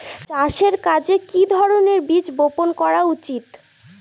চাষের কাজে কি ধরনের বীজ বপন করা উচিৎ?